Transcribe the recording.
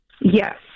Yes